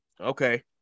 okay